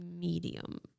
medium